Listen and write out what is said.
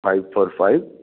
five four five